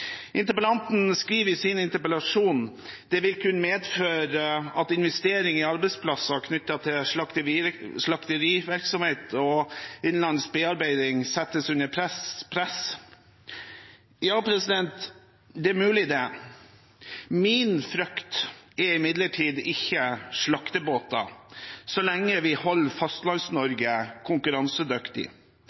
Interpellanten skriver i sin interpellasjon at «dette vil kunne medføre at investeringer i arbeidsplasser knyttet til slakterivirksomhet og innenlandsk bearbeiding, settes under press». Ja, det er mulig, det. Min frykt er imidlertid ikke slaktebåter, så lenge vi holder Fastlands-Norge konkurransedyktig.